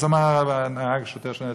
אמר השוטר לנהג,